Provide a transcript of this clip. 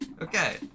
okay